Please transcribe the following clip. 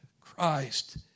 Christ